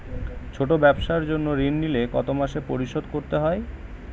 ছোট ব্যবসার জন্য ঋণ নিলে কত মাসে পরিশোধ করতে হয়?